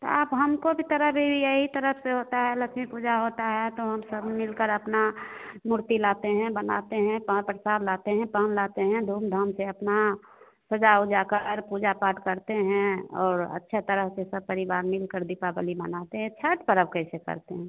तो आप हमको भी तरफ़ यही तरफ़ से होता है लक्षमी पूजा होता है तो हम सब मिलकर अपना मूर्ति लाते हैं बनाते हैं प्रसाद लाते हैं पान लाते हैं धूम धाम से अपना सजा ओजा कर पूजा पाठ करते हैं और अच्छे तरह से सब परिवार मिलकर दीपावली मनाते हैं छठ पर्व कैसे करते हैं